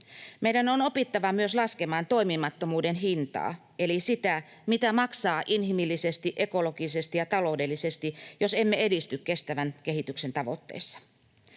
Meidän on opittava myös laskemaan toimimattomuuden hintaa eli sitä, mitä maksaa inhimillisesti, ekologisesti ja taloudellisesti, jos emme edisty kestävän kehityksen tavoitteissa.